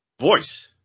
voice